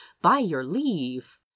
by-your-leave